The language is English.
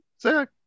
Zach